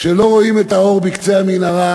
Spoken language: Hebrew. כשלא רואים את האור בקצה המנהרה